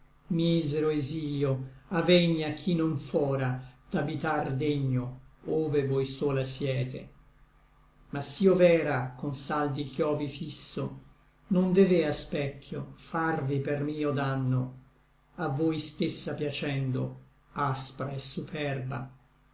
misero exilio avegna ch'i non fra d'abitar degno ove voi sola siete ma s'io v'era con saldi chiovi fisso non devea specchio farvi per mio danno a voi stessa piacendo aspra et superba